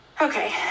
Okay